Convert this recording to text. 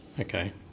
Okay